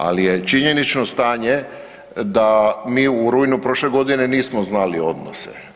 Ali je činjenično stanje da mi u rujnu prošle godine nismo znali odnose.